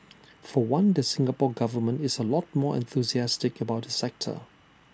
for one the Singapore Government is A lot more enthusiastic about the sector